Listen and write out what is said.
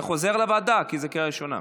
זה חוזר לוועדה, כי זו קריאה ראשונה.